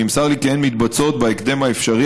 נמסר לי כי הן מתבצעות בהקדם האפשרי,